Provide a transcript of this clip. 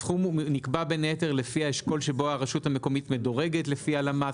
הסכום נקבע בין היתר לפי האשכול שבו הרשות המקומית מדורגת לפי הלמ"ס,